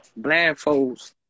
blindfolds